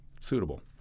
suitable